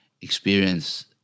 experience